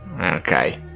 okay